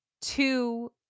two